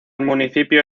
municipio